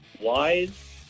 wise